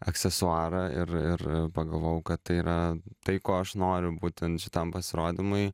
aksesuarą ir ir pagalvojau kad tai yra tai ko aš noriu būtent šitam pasirodymui